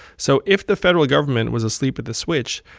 so if the federal government was asleep at the switch,